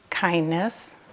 kindness